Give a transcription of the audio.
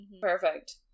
Perfect